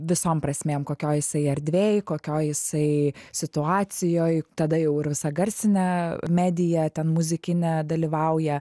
visom prasmėm kokioj jisai erdvėj kokioj jisai situacijoj tada jau ir visa garsinė medija ten muzikinė dalyvauja